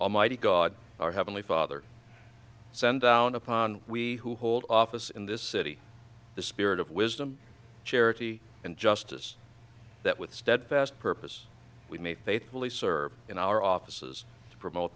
almighty god our heavenly father send upon we who hold office in this city the spirit of wisdom charity and justice that with steadfast purpose we may faithfully serve in our offices to promote